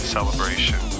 Celebration